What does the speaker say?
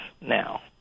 now